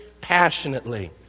passionately